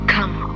Come